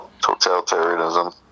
totalitarianism